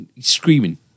Screaming